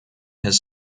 his